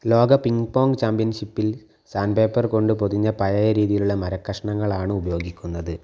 ലോക ping pong ചാമ്പ്യൻഷിപ്പിൽ sand paper കൊണ്ട് പൊതിഞ്ഞ പഴയ രീതിയിലുള്ള മരക്കഷണങ്ങളാണ് ഉപയോഗിക്കുന്നത്